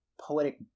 poetic